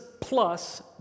plus